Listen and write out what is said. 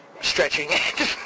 stretching